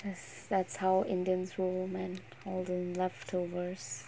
that's that's how indians rule man all the leftovers